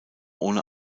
ohne